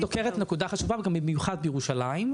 את דוקרת נקודה חשובה וגם במיוחד בירושלים.